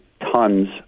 Tons